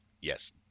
yes